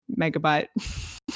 megabyte